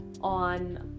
on